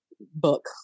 book